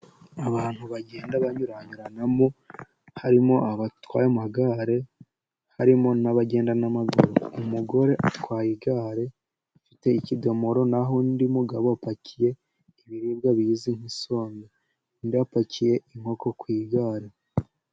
Abantu bagenda banyuranyuranamo harimo abatwaye amagare harimo n'abagenda n'amaguru. Umugore atwaye igare afite ikidomoro, na ho undi mugabo upakiye ibiribwa bimeze nk'isombe. Undi apakiye inkoko ku igare.